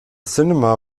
cinema